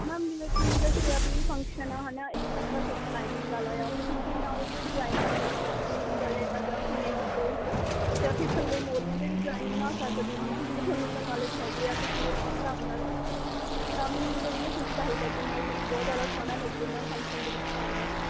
ma'am ਜਿਵੇਂ ਤੁਹਾਨੂੰ ਦੱਸਿਆ ਵੀ ਫੰਕਸ਼ਨ ਆ ਹੈ ਨਾ ਇੱਕ ਤਾਂ ਮੇਰਾ ਸੂਟ ਲਾਈਨਿੰਗ ਵਾਲਾ ਆ ਅਤੇ ਦੂਜਾ ਮੈਂ ਉਹਦੇ 'ਤੇ ਡਿਜ਼ਾਈਨ ਵਗੈਰਾ ਪੁਆਣੇ ਆ ਤੁਸੀਂ ਗਲੇ ਦਾ ਜਾਂ ਸਲੀਵਸ 'ਤੇ ਹੈ ਨਾ ਜਾਂ ਫਿਰ ਥੱਲੇ ਮੂਰੀਆ 'ਤੇ ਵੀ ਡਿਜ਼ਾਈਨ ਬਣਾ ਸਕਦੇ ਹੋ ਹੈ ਨਾ ਜਿਵੇਂ ਤੁਹਾਨੂੰ ਤਾਂ ਨੌਲੇਜ਼ ਹੈਗੀ ਆ ਤੁਸੀਂ ਆਪਣੇ ਹਿਸਾਬ ਨਾਲ਼ ਜਾਂ ਮੈਨੂੰ ਵਧੀਆ ਸੂਟ ਚਾਹੀਦਾ ਕਿ ਮੇਰਾ ਸੂਟ ਬਹੁਤ ਜ਼ਿਆਦਾ ਸੋਹਣਾ ਲੱਗੇ ਮੈਂ ਉਹ ਫੰਕਸ਼ਨ ਦੇ ਵਿੱਚ ਪਾਉਣਾ ਆ